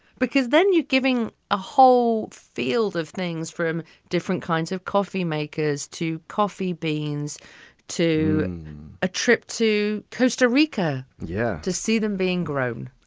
because then you're giving a whole field of things from different kinds of coffee makers to coffee beans to and a trip to costa rica. yeah. to see them being grown.